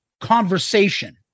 conversation